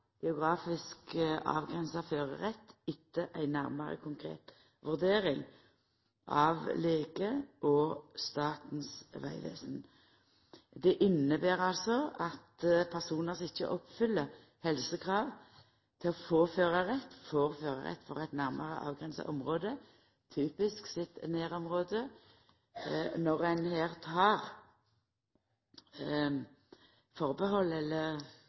geografisk avgrensa førarrett etter ei nærmare konkret vurdering av lege og av Statens vegvesen. Det inneber altså at når personar som ikkje oppfyller helsekrav til å få førarrett for eit nærmare avgrensa område, typisk eige nærområde – og ein har gjort ei vurdering av det enkelte tilfellet – køyrer i sitt nærområde,